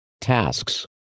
tasks